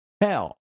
hell